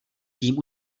tím